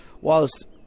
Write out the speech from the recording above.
whilst